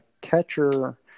catcher